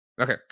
Okay